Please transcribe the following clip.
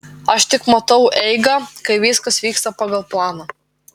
aš tik matau eigą kai viskas vyksta pagal planą